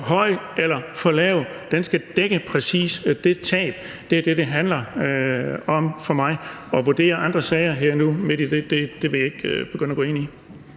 høj eller for lav. Den skal dække præcis det tab – det er det, det handler om for mig. At vurdere andre sager her nu midt i det, vil jeg ikke begynde at gå ind i.